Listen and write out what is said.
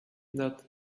that